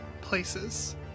Places